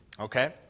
okay